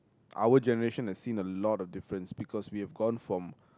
our generation has seen a lot of difference because we have gone from